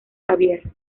xavier